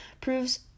proves